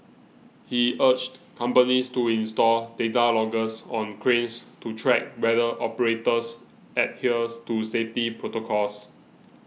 he urged companies to install data loggers on cranes to track whether operators adhere to safety protocols